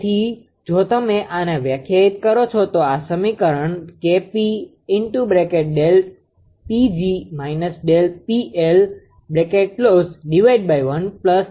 તેથી જો તમે આને વ્યાખ્યાયિત કરો છો તો આ સમીકરણ બનશે